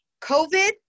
COVID